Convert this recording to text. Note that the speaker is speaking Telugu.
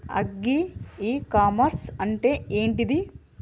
అగ్రి ఇ కామర్స్ అంటే ఏంటిది?